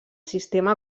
sistema